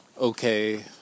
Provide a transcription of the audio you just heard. okay